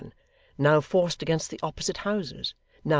now forced against the opposite houses,